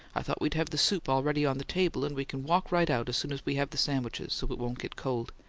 i thought we'd have the soup already on the table and we can walk right out as soon as we have the sandwiches, so it won't get cold.